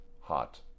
hot